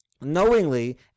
knowingly